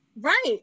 right